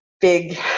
big